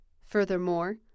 Furthermore